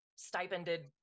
stipended